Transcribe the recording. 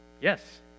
Yes